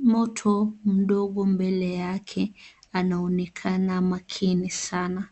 moto mdogo mbele yake anaonekana makini sana.